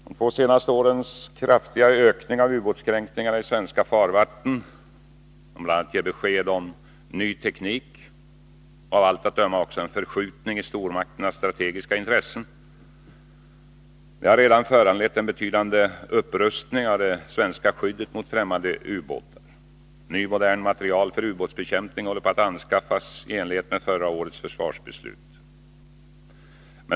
De två senaste årens kraftiga ökning av ubåtskränkningarna i svenska farvatten — som bl.a. ger besked om ny teknik och av allt att döma också en: förskjutning i stormakternas strategiska intressen — har redan föranlett en betydande upprustning av det svenska skyddet mot främmande ubåtar. Ny modern materiel för ubåtsbekämpning håller på att anskaffas i enlighet med förra årets försvarsbeslut.